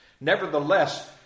Nevertheless